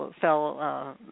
fell